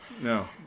No